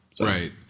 Right